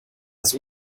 das